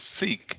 seek